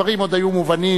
הדברים עוד היו מובנים,